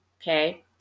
okay